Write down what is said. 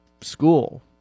school